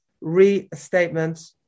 restatement